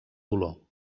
dolor